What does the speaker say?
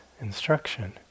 instruction